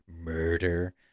murder